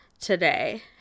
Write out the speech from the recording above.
today